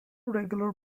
regular